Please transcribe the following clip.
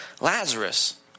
Lazarus